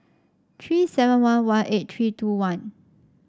three seven one one eight three two one